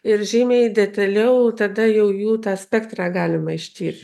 ir žymiai detaliau tada jau jų tą spektrą galima ištirt